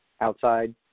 outside